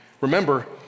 remember